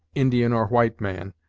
indian or white man,